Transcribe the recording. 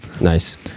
nice